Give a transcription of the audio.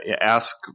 ask